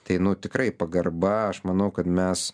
tai nu tikrai pagarba aš manau kad mes